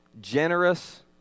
generous